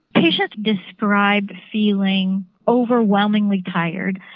patients describe feeling overwhelmingly tired,